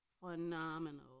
phenomenal